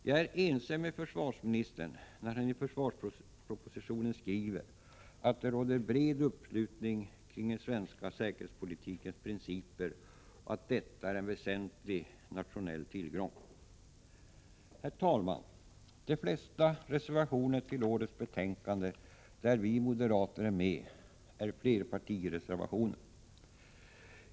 Jag är ense med försvarsministern när han i försvarspropositionen skriver att det råder bred uppslutning kring den svenska säkerhetspolitikens principer och att detta är en väsentlig nationell tillgång. Herr talman! De flesta reservationer till årets betänkande där vi moderater är med är flerpartireservationer.